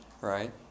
right